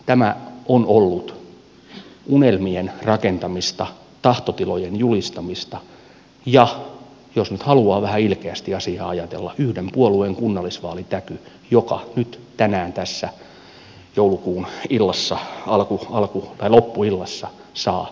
tämä on ollut unelmien rakentamista tahtotilojen julistamista ja jos nyt haluaa vähän ilkeästi asiaa ajatella yhden puolueen kunnallisvaalitäky joka nyt tänään tässä joulukuun loppuillassa saa täydellisen mahalaskun